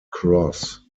cross